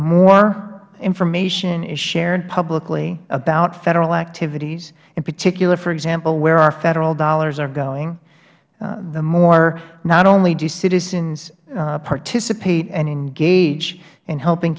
more information is shared publicly about federal activities in particular for example where our federal dollars are going the more not only to citizens participate and engage in helping